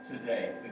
today